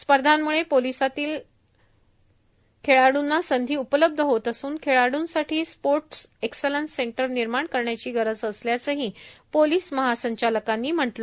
स्पर्धामुळे पोलिसांतील खेळाडूना संधी उपलब्ध होत असून खेळाडूंसाठी स्पोर्ट एक्स्ल्लेंस सेंटर निर्माण करण्याची गरज असल्याचंही पोलीस महासंचालक म्हणाले